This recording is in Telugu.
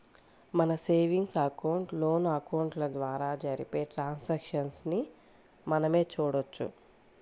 మన సేవింగ్స్ అకౌంట్, లోన్ అకౌంట్ల ద్వారా జరిపే ట్రాన్సాక్షన్స్ ని మనమే చూడొచ్చు